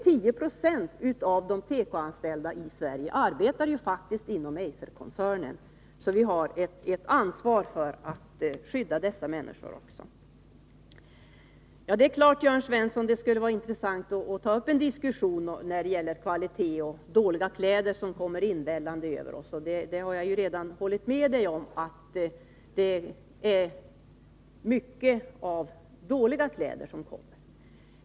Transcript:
10 20 av de tekoanställda i Sverige arbetar faktiskt inom Eiserkoncernen, så vi har här ett ansvar för att skydda dessa människor. Det är klart, Jörn Svensson, att det skulle vara intressant att ta upp en diskussion om kvaliteten i de kläder som kommer vällande över oss. Jag har hela tiden hållit med om att det ofta är dåliga kläder som kommer hit.